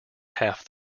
half